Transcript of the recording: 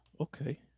Okay